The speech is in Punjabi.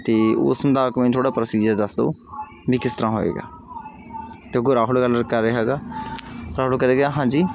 ਅਤੇ ਉਸ ਮੁਤਾਬਿਕ ਮੈਨੂੰ ਥੋੜ੍ਹਾ ਪ੍ਰੋਸੀਜਰ ਦੱਸ ਦਿਓ ਵੀ ਕਿਸ ਤਰ੍ਹਾਂ ਹੋਏਗਾ ਅਤੇ ਕੋਈ ਰਾਹੁਲ ਗੱਲ ਕਰ ਰਿਹਾ ਹੈਗਾ ਰਾਹੁਲ ਕਰੇਗਾ ਹਾਂਜੀ